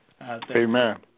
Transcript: Amen